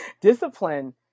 discipline